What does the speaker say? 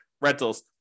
rentals